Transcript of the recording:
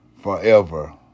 forever